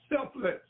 selfless